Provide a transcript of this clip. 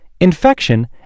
infection